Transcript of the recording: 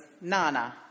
Nana